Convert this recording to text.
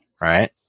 right